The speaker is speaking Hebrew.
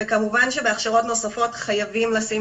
כמובן שבהכשרות נוספות חייבים לשים